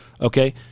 Okay